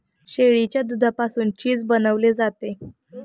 शेळीच्या दुधापासून चीज बनवले जाते